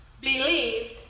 believed